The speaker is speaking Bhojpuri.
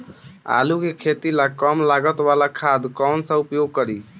आलू के खेती ला कम लागत वाला खाद कौन सा उपयोग करी?